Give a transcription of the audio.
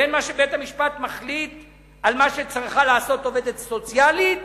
בין מה שבית-המשפט מחליט על מה שצריכה לעשות עובדת סוציאלית,